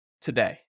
today